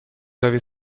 avez